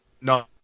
No